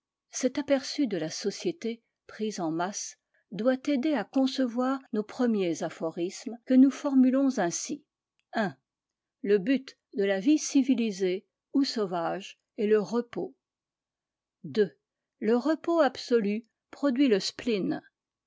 cet aperçu de la société prise en masse doit aider à concevoir nos premiers aphorismes que nous formulons ainsi i le but de la vie civilisée ou sauvage est le repos ii le repos absolu produit le spleen